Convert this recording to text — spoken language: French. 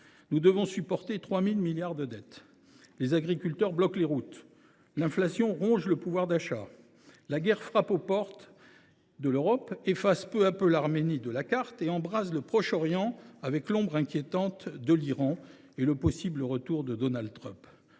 Nous devons supporter 3 000 milliards d’euros de dette, les agriculteurs bloquent les routes, l’inflation ronge le pouvoir d’achat, la guerre frappe aux portes de l’Europe, efface peu à peu l’Arménie de la carte et embrase le Proche Orient, avec l’ombre inquiétante de l’Iran et le possible retour de Donald Trump…